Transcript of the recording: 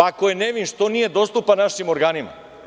Ako je nevin, što onda nije dostupan našim organima?